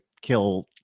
kill